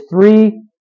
three